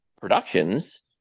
productions